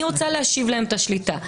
אני רוצה להשיב להם את השליטה,